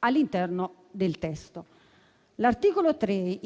all'interno del testo. L'articolo 3,